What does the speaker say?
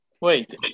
wait